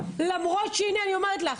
למרות שהנה אני אומרת לך,